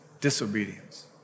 disobedience